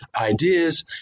ideas